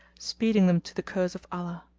speeding them to the curse of allah.